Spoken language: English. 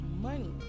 money